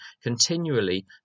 Continually